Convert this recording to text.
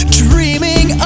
dreaming